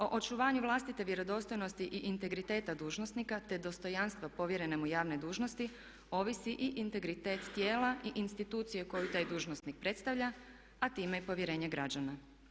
O očuvanju vlastite vjerodostojnosti i integriteta dužnosnika te dostojanstva povjerene mu javne dužnosti ovisi i integritet tijela i institucije koju taj dužnosnik predstavlja, a time i povjerenje građana.